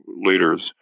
leaders